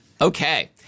Okay